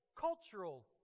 Cultural